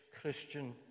Christian